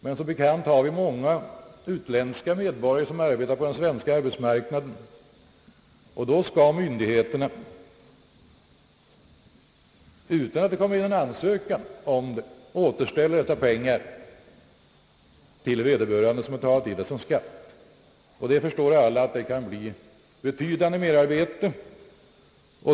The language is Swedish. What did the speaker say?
Men som bekant har vi många utländska medborgare som arbetar på den svenska arbetsmarknaden, och då skall myndigheterna — utan att det kommer in en ansökan om det återställa dessa pengar till vederbörande som betalat in dem som skatt. Alla förstår att det kan bli ett betydande merarbete.